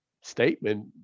statement